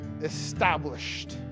established